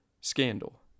scandal